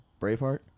Braveheart